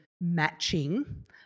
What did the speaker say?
matching